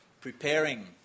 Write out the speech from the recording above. preparing